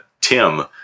Tim